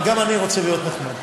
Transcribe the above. גם אני רוצה להיות נחמד.